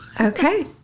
Okay